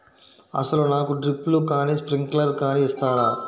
అసలు నాకు డ్రిప్లు కానీ స్ప్రింక్లర్ కానీ ఇస్తారా?